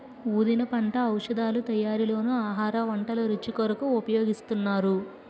పుదీనా పంట ఔషధాల తయారీలోనూ ఆహార వంటల రుచి కొరకు ఉపయోగిస్తున్నారు